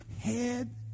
head